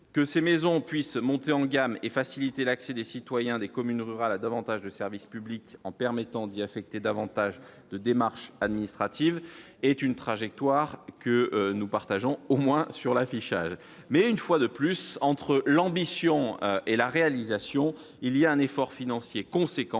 que ces maisons puisse monter en gamme et faciliter l'accès des citoyens des communes rurales à davantage de services publics en permettant d'y affecter davantage de démarches administratives est une trajectoire que nous partageons, au moins sur l'affichage, mais une fois de plus entre l'ambition et la réalisation, il y a un effort financier conséquent